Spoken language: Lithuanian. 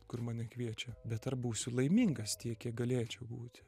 kur mane kviečia bet ar būsiu laimingas tiek kiek galėčiau būti